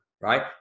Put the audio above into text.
right